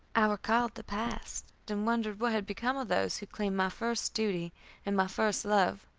i recalled the past, and wondered what had become of those who claimed my first duty and my first love.